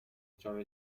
جام